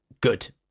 good